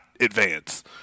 advance